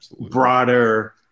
broader